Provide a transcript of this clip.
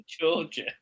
Georgia